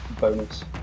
bonus